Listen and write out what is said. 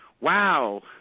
wow